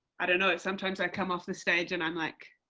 i don't know, sometimes i come off the stage and i'm like,